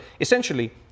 essentially